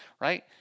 right